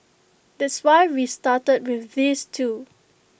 that's why we've started with these two